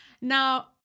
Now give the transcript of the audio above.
Now